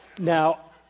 Now